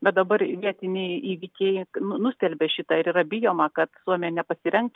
bet dabar vietiniai įvykiai nustelbia šitą ir yra bijoma kad suomija nepasirengs